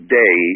day